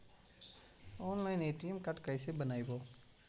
Online ATM card कैसे बनाबौ?